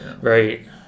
right